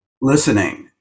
listening